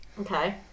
okay